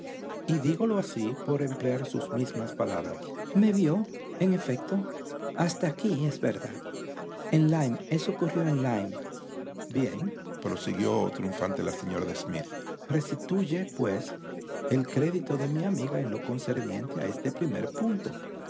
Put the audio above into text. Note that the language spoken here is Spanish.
y dígolo así por emplear sus mismas palabras me vió en efecto hasta aquí es verdad en lyme eso ocurrió en lyme bienprosiguió triunfante la señora de smith restituye pues el crédito a mi amiga en lo concerniente a este primer punto